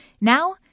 Now